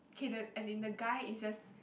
kay but as in the guy is just